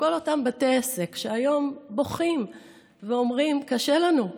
לכל אותם בתי עסק שהיום בוכים ואומרים: קשה לנו.